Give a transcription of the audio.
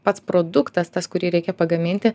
pats produktas tas kurį reikia pagaminti